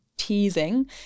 Teasing